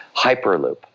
Hyperloop